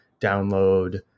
download